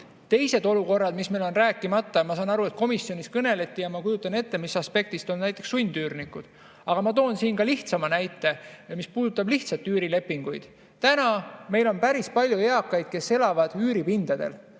Teised olukorrad, mis meil on rääkimata – ma saan aru, et komisjonis sellest kõneleti, ja ma kujutan ette, mis aspektist –, on sundüürnikud. Aga ma toon siin ka lihtsama näite, mis puudutab lihtsalt üürilepinguid. Meil on päris palju eakaid, kes elavad üüripindadel.